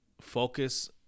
focus